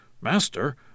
Master